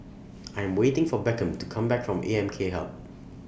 I Am waiting For Beckham to Come Back from A M K Hub